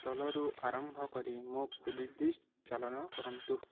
ତଳରୁ ଆରମ୍ଭ କରି ମୋ ପ୍ଲେ ଲିଷ୍ଟ ଚାଳନ କରନ୍ତୁ